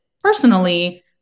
personally